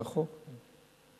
זה החוק,